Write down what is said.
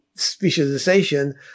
Specialization